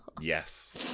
Yes